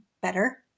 better